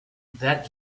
that